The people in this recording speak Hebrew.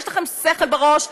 יש לכם שכל בראש,